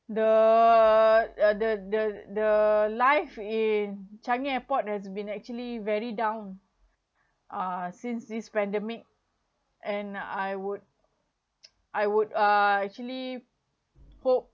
the uh the the the life in changi airport has been actually very down uh since these pandemic and I would I would uh actually hope